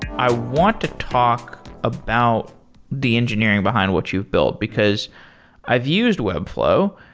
i want to talk about the engineering behind what you've built, because i've used webflow.